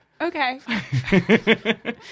Okay